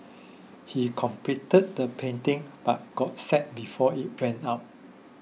he completed the painting but got sacked before it went up